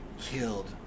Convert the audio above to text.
killed